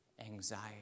Anxiety